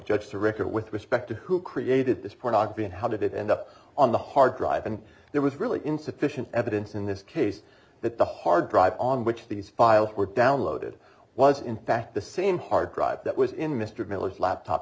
judge to record with respect to who created this pornography and how did it end up on the hard drive and there was really insufficient evidence in this case that the hard drive on which these files were downloaded was in fact the same hard drive that was in mr miller's laptop